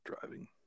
driving